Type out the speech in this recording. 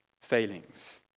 failings